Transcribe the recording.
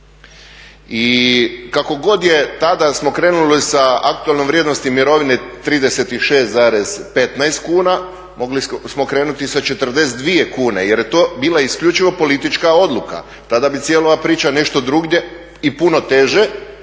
i kako god je, tada smo krenuli sa aktualnom vrijednosti mirovine 36,15 kuna, mogli smo krenuti sa 42 kune jer je to bila isključivo politička odluka. Tada bi cijela ova priča nešto drugdje i puno teže